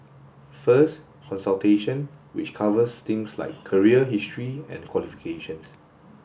first consultation which covers things like career history and qualifications